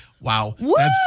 wow